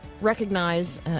recognize